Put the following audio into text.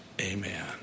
amen